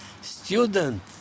student